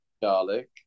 garlic